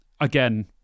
again